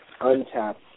Untapped